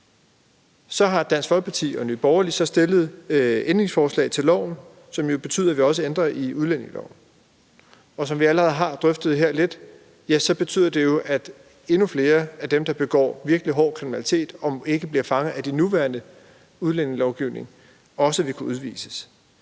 har Dansk Folkeparti og Nye Borgerlige stillet ændringsforslag til loven, som vil betyde, at vi også ændrer i udlændingeloven, og som vi allerede har drøftet her lidt, betyder det, at endnu flere af dem, der begår virkelig hård kriminalitet, og som ikke bliver fanget af den nuværende udlændingelovgivning, også vil kunne udvises.